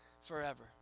forever